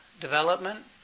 development